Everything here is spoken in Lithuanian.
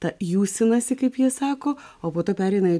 tą jūsinasi kaip jie sako o po to pereina